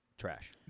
trash